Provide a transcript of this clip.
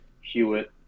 Hewitt